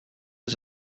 was